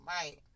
right